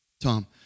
Tom